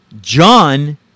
John